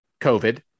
COVID